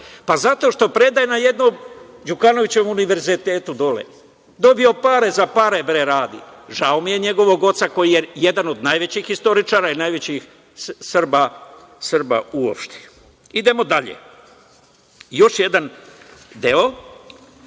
Pa zato što predaje na jednom Đukanovićevom univerzitetu dole, dobio pare. Za pare, bre radi. Žao mi je njegovog oca koji je jedan od najvećih istoričara i najvećih Srba uopšte. Idemo dalje, još jedan deo,